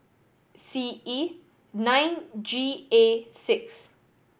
C E nine G A six